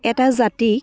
এটা জাতিক